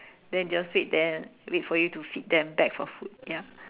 then they'll sit there wait for you to feed them beg for food ya